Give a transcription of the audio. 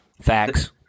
Facts